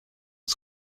als